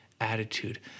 attitude